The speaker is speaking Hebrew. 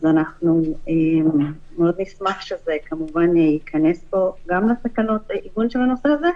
אז אנחנו מאוד נשמח שזה כמובן יכנס פה גם לתקנות של הנושא הזה.